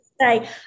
say